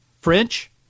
French